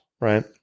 right